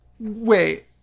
Wait